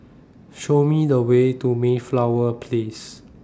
Show Me The Way to Mayflower Place